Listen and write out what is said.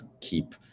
keep